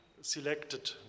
selected